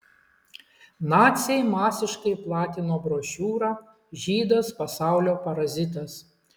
naciai masiškai platino brošiūrą žydas pasaulio parazitas